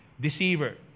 deceiver